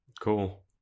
cool